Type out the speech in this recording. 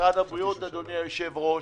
משרד הבריאות, אדוני היושב ראש,